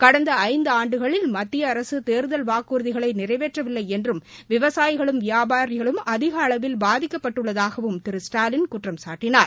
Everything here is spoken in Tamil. கடந்த ஐந்து ஆண்டுகளில் மத்திய அரசு தேர்தல் வாக்குறுதிகளை நிறைவேற்றவில்லை என்றும் விவசாயிகளும் வியாபாரிகளும் அதிக அளவில் பாதிக்கப்பட்டுள்ளதாகவும் திரு ஸ்டாலின் குற்றம்சாட்டினார்